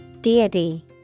Deity